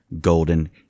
Golden